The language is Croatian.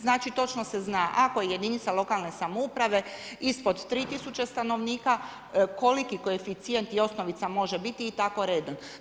Znači točno se zna, ako jedinica lokalne samouprave ispod 3000 stanovnika, koliki koeficijent i osnovica može biti i tako redom?